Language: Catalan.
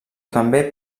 també